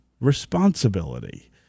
responsibility